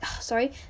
Sorry